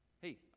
Hey